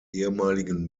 ehemaligen